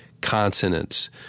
consonants